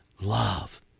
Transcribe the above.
love